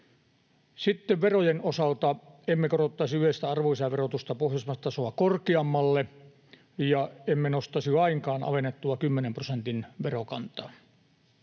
Sitten verojen osalta emme korottaisi yleistä arvonlisäverotusta pohjoismaista tasoa korkeammalle ja emme nostaisi lainkaan alennettua kymmenen prosentin verokantaa.